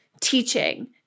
teaching